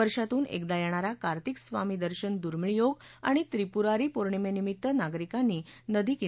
वर्षातून एकदा येणारा कार्तिक स्वामी दर्शन दुर्मिळ योग आणि त्रिपुरारी पौर्णिमेनिमित्त नागरिकांनी नदीकीनारी गर्दी केली होती